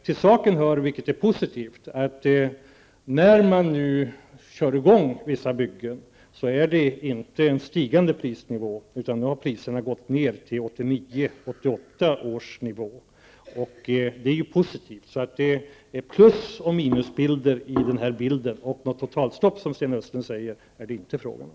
Till saken hör -- och det är positivt -- att vissa byggen nu körs i gång när prisnivån inte stiger, utan nu har priserna gått ner till 88/89-års prisnivå. Det finns både plus och minus med i bilden, och något totalstopp -- som Sten Östlund säger -- är det inte fråga om.